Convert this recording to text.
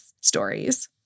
stories